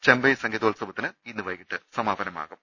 ചെമ്പൈ സംഗീതോത്സവത്തിനും ഇന്ന് വൈകീട്ട് സമാപനമാകും